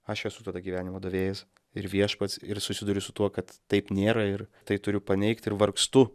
aš esu tada gyvenimo davėjas ir viešpats ir susiduriu su tuo kad taip nėra ir tai turiu paneigt ir vargstu